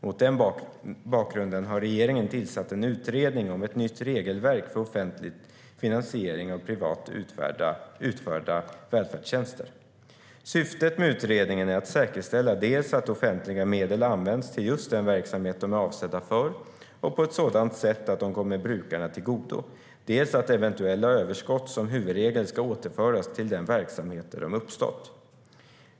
Mot den bakgrunden har regeringen tillsatt en utredning om ett nytt regelverk för offentlig finansiering av privat utförda välfärdstjänster . Syftet med utredningen är att säkerställa dels att offentliga medel används till just den verksamhet de är avsedda för och på ett sådant sätt att de kommer brukarna till godo, dels att eventuella överskott som huvudregel ska återföras till den verksamhet där de uppstått.